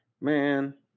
Man